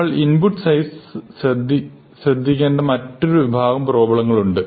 നമ്മൾ input size ശ്രദ്ധിക്കേണ്ട മറ്റൊരു വിഭാഗം പ്രോബ്ളങ്ങളുണ്ട്